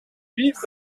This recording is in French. vivent